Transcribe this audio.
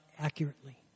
accurately